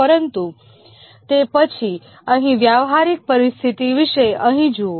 પરંતુ તે પછી અહીં વ્યવહારિક પરિસ્થિતિ વિશે અહીં જુઓ